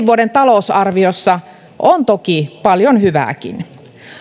vuoden talousarviossa on toki paljon hyvääkin